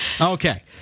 Okay